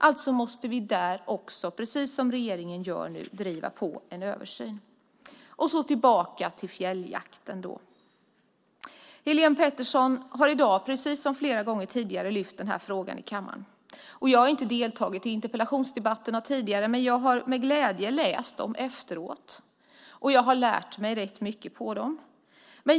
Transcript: Alltså måste vi också där, precis som regeringen nu gör, driva på i frågan om en översyn. Jag kommer nu tillbaka till fjälljakten. Helén Pettersson har i dag, precis som flera gånger tidigare, lyft fram frågan här i kammaren. Jag har inte deltagit i tidigare interpellationsdebatter men har med glädje i efterhand läst om vad som där sagts. Jag har lärt mig rätt mycket av dem.